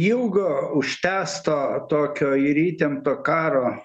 ilgo užtęsto tokio ir įtempto karo